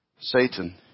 Satan